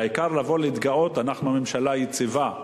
העיקר לבוא להתגאות: אנחנו ממשלה יציבה,